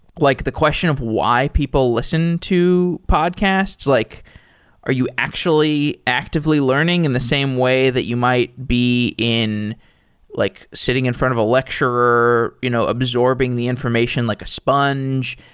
like the question of why people listen to podcasts. like are you actually actively learning in the same way that you might be in like sitting in front of a lecturer, you know absorbing the information like a sponge,